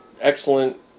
excellent